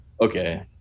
okay